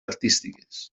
artístiques